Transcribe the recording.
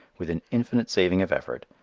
with an infinite saving of effort,